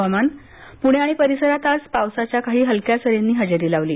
हवामान पूणे आणि परिसरात आज पावसाच्या काही हलक्या सरींनी हजेरी लावली